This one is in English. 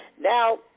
Now